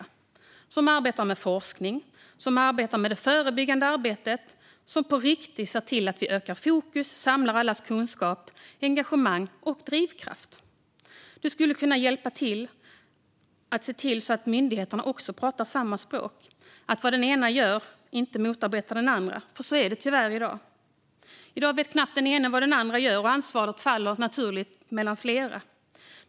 Man ska arbeta med forskning, med det förebyggande arbetet och på riktigt se till att öka fokus, samla allas kunskaper, engagemang och drivkraft. Denna samverkan skulle kunna hjälpa till att se till att myndigheterna pratar samma språk, så att vad den ena gör inte motarbetar den andra. Så är det tyvärr i dag. I dag vet den ena knappt vad den andra gör, och ansvaret faller naturligt på flera.